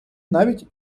навіть